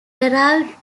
arrived